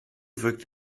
wirkt